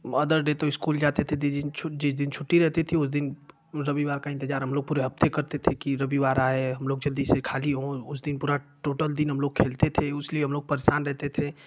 other day तो school जाते थे जिस दिन जिस दिन छुट्टी रहती थी उस दिन रविवार का इंतजार हम लोग पूरे हफ़्ते करते थे की रविवार आये हम लोग जल्दी से खाली हों उस दिन पूरा टोटल दिन हम लोग खेलते थे इसलिए हम लोग परेशान रहते थे